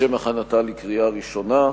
לשם הכנתה לקריאה ראשונה.